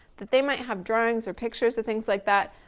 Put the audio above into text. that they might have drawings or pictures and things like that.